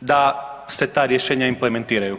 da se ta rješenja implementiraju.